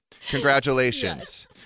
Congratulations